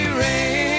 rain